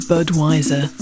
Budweiser